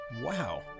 Wow